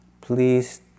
Please